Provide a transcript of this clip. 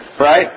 right